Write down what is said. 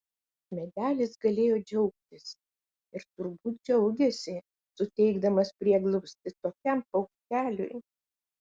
medelis galėjo džiaugtis ir turbūt džiaugėsi suteikdamas prieglobstį tokiam paukšteliui